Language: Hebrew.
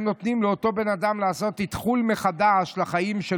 הם נותנים לאותו בן אדם לעשות אתחול לחיים שלו